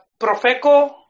Profeco